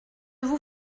vous